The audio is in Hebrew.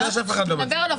מה שאני אומר זה דבר אחד